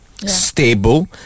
Stable